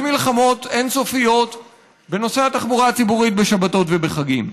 מלחמות אין-סופיות בנושא התחבורה הציבורית בשבתות ובחגים.